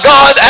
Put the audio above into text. God